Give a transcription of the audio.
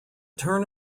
turn